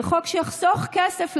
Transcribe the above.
וזה חוק שיחסוך כסף לכם,